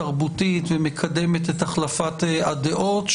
תרבותית ושמקדמת את החלפת הדעות,